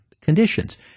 conditions